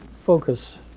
focus